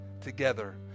together